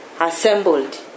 assembled